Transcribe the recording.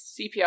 CPR